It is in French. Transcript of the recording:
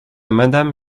madame